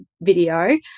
video